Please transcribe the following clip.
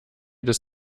des